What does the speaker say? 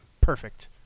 perfect